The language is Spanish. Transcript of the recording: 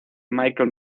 michael